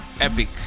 Epic